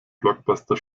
blockbuster